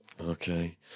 Okay